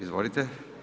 Izvolite.